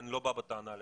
אני לא בא בטענה ללפ"מ,